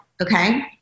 okay